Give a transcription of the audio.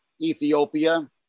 Ethiopia